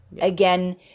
again